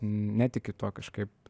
netikiu tuo kažkaip